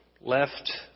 left